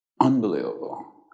unbelievable